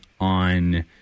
on